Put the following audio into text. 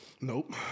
Nope